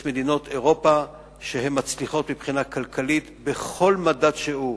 יש מדינות באירופה שמצליחות מבחינה כלכלית בכל מדד שהוא: